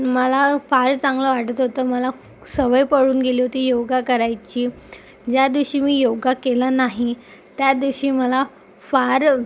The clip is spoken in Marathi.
मला फार चांगलं वाटत होतं मला सवय पडून गेली होती योगा करायची ज्या दिवशी मी योगा केला नाही त्या दिवशी मला फार